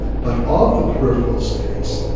but of the peripheral states,